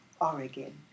Oregon